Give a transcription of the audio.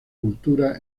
cultura